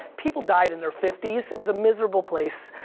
people died in their fifty s, it was a miserable place,